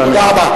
והבה.